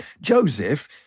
Joseph